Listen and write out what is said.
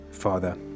Father